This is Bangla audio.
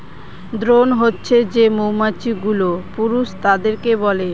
দ্রোন হছে যে মৌমাছি গুলো পুরুষ তাদেরকে বলে